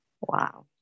Wow